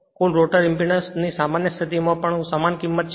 કુલ rotor impedance ની સામાન્ય સ્થિતિ માં પણ સમાન જ કિમત છે